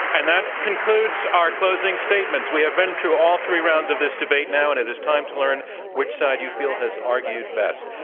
and that concludes our closing statements. we have been though all three rounds of this debate now, and it is time to learn which side you feel has argued best.